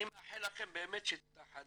אני מאחל לכם באמת שתתאחדו.